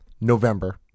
November